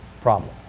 problem